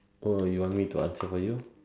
oh you want me to answer for you